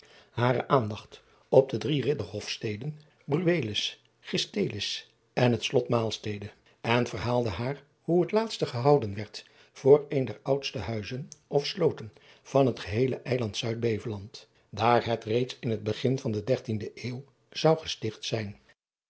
hare aandacht op de drie idderhofsteden ruelis istellis en het lot aalstede en verhaalde haar hoe het laatste gehouden werd voor een der oudste huizen of sloten van het geheele eiland uidbeveland daar het reeds in het begin van de dertiende eeuw zou gesticht zijn